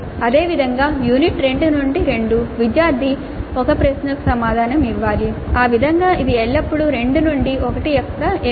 అదేవిధంగా యూనిట్ 2 నుండి 2 విద్యార్థి 1 ప్రశ్నకు సమాధానం ఇవ్వాలి ఆ విధంగా ఇది ఎల్లప్పుడూ 2 నుండి 1 యొక్క ఎంపిక